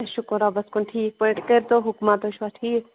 شُکُر رۄبَس کُن ٹھیٖک پٲٹھۍ کٔرۍتو حُکمَہ تُہۍ چھُوا ٹھیٖک